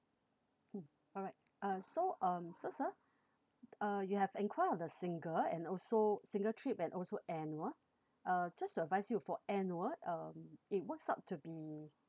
mm alright uh so um so sir uh you have inquire on the single and also single trip and also annual uh just to advise you for annual um it works out to be